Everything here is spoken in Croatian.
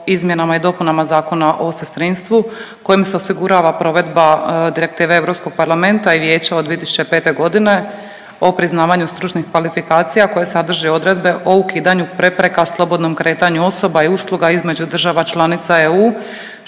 izmjenama i dopunama Zakona o sestrinstvu, kojim se osigurava provedba direktive Europskog parlamenta i Vijeća od 2005. godine o priznavanju stručnih kvalifikacija koje sadrži odredbe o ukidanju prepreka slobodnom kretanju osoba i usluga između država članica EU,